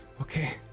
Okay